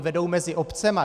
Vedou mezi obcemi.